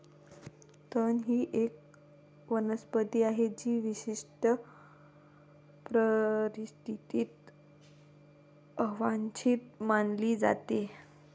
तण ही एक वनस्पती आहे जी विशिष्ट परिस्थितीत अवांछित मानली जाते